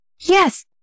yes